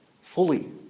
fully